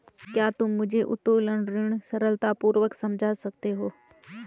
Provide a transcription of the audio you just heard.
क्या तुम मुझे उत्तोलन ऋण सरलतापूर्वक समझा सकते हो?